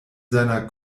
seiner